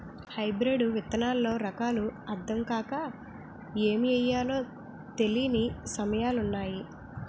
hybrid విత్తనాల్లో రకాలు అద్దం కాక ఏమి ఎయ్యాలో తెలీని సమయాలున్నాయి